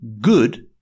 good